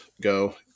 go